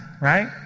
right